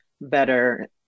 better